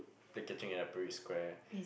play catching at the parade square